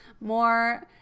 more